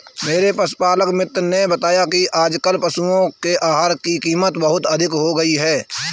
मेरे पशुपालक मित्र ने बताया कि आजकल पशुओं के आहार की कीमत बहुत अधिक हो गई है